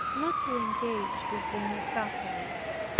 not to engage with the new catholics.